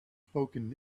spoken